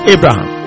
Abraham